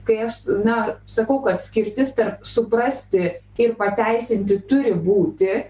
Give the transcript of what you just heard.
kai aš na sakau kad skirtis tarp suprasti ir pateisinti turi būti